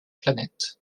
planète